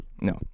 no